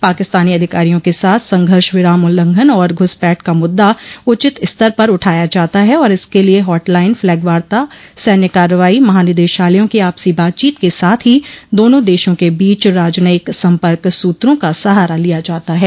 पाकिस्तानी अधिकारियों के साथ संघर्ष विराम उल्लंघन और घुसपैठ का मुद्दा उचित स्तर पर उठाया जाता है और इसके लिए हॉटलाइन फ्लैग वार्ता सैन्य कार्रवाई महानिदेशालयों की आपसी बातचीत के साथ ही दोनों देशों के बीच राजनयिक सम्पर्क सूत्रों का सहारा लिया जाता है